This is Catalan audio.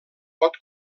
pot